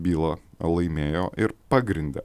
bylą laimėjo ir pagrindė